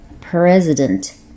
President